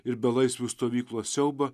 ir belaisvių stovyklos siaubą